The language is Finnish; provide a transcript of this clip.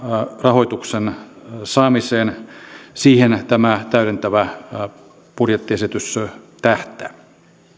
rahoituksen saamiseen siihen tämä täydentävä budjettiesitys tähtää